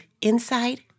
inside